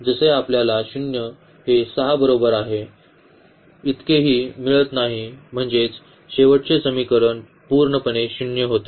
जसे आपल्याला 0 हे 6 बरोबर आहे इतकेही मिळत नाही म्हणजेच शेवटचे समीकरण पूर्णपणे 0 होते